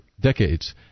decades